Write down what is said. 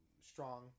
Strong